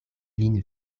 lin